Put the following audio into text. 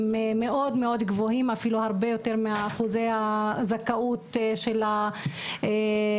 הם מאוד גבוהים אפילו הרבה יותר מאחוזי הזכאות של הכללי.